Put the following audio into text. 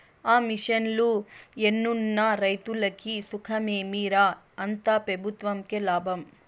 ఆ మిషన్లు ఎన్నున్న రైతులకి సుఖమేమి రా, అంతా పెబుత్వంకే లాభం